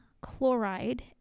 chloride